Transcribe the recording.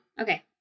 Okay